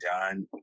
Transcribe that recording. done